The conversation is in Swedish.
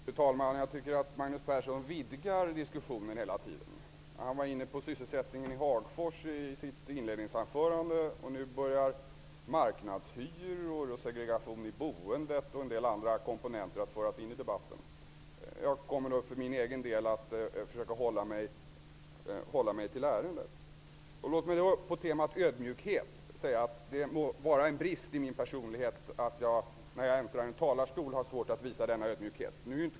Fru talman! Magnus Persson vidgar diskussionen hela tiden. Han var inne på sysselsättningen i Hagfors i sitt inledningsanförande. Nu börjar han föra in marknadshyror, segregation i boendet och en del andra komponenter i debatten. För min egen del kommer jag att försöka att hålla mig till ärendet. Angående temat ödmjukhet vill jag säga att det må vara en brist i min personlighet att jag, när jag äntrar en talarstol, har svårt att visa ödmjukhet.